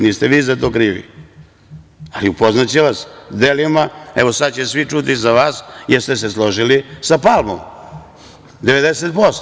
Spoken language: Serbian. Niste vi za to krivi, ali upoznaće vas delima, evo sada će svi čuti za vas jer ste se složili sa Palmom 90%